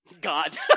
God